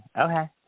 Okay